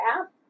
app